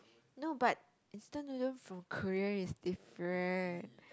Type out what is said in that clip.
know but instant noodle from Korea is different